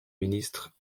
ministre